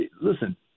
listen